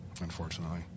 Unfortunately